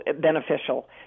beneficial